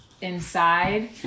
inside